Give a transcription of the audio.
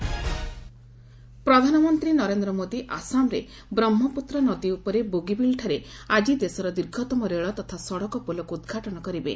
PM bridge ପ୍ରଧାନମନ୍ତ୍ରୀ ନରେନ୍ଦ୍ର ମୋଦି ଆସାମରେ ବ୍ରହ୍ମପୁତ୍ର ନଦୀ ଉପରେ ଆଜି ବୋଗିବିଲ୍ଠାରେ ଦେଶର ଦୀର୍ଘତମ ରେଳ ତଥା ସଡ଼କ ପୋଲକୁ ଉଦ୍ଘାଟନ କରିବେ